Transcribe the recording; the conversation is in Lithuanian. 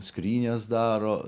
skrynias daro